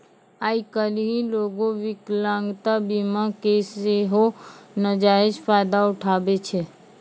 आइ काल्हि लोगें विकलांगता बीमा के सेहो नजायज फायदा उठाबै छै